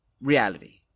reality